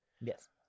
Yes